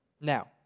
Now